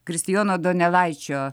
kristijono donelaičio